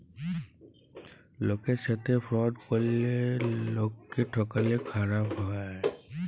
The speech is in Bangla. লকের সাথে ফ্রড ক্যরলে লকক্যে ঠকালে খারাপ হ্যায়